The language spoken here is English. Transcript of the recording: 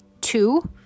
Two